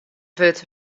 wurdt